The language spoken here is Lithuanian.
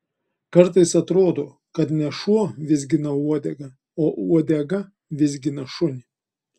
kartais atrodo kad ne šuo vizgina uodegą o uodega vizgina šunį